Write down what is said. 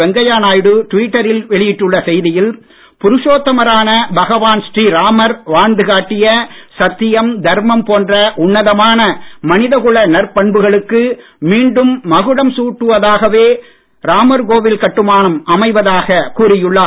வெங்கைய நாயுடு டுவிட்டரில் வெளியிட்டுள்ள செய்தியில் புருஷோத்தமரான பகவான் ஸ்ரீராமர் வாழ்ந்து காட்டிய சத்தியம் தர்மம் போன்ற உன்னதமான மனித குல நற்பண்புகளுக்கு மீண்டும் மகுடம் சூட்டுவதாகவே ராமர் கோவில் கட்டுமானம் அமைவதாக கூறியுள்ளார்